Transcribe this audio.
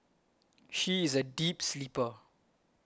she is a deep sleeper